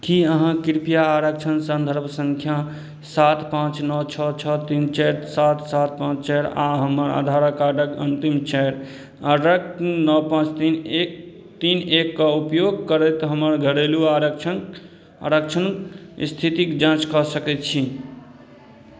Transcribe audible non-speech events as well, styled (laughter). की अहाँ कृपया आरक्षण सन्दर्भ संख्या सात पाँच नओ छओ छओ तीन चारि सात सात पाँच चारि आ हमर आधार कार्डक अन्तिम चारि (unintelligible) नओ पाँच तीन एक तीन एक कऽ उपयोग करैत हमर घरेलू आरक्षण आरक्षण स्थितिक जाँच कऽ सकैत छी